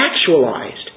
actualized